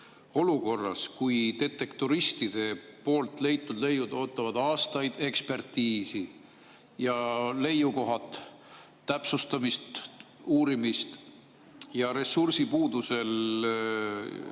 olukorras, kus detektoristide leiud ootavad aastaid ekspertiisi ja leiukohad täpsustamist, uurimist. Ressursipuuduse